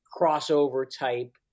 crossover-type